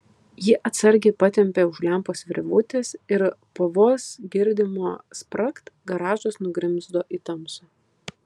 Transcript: ji atsargiai patempė už lempos virvutės ir po vos girdimo spragt garažas nugrimzdo į tamsą